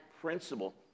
principle